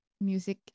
music